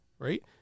right